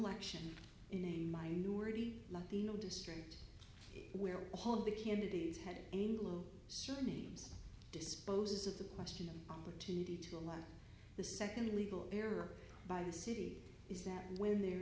election in a minority latino district where all the candidates had anglo certain names disposes of the question of opportunity to allow the second legal error by the city is that when there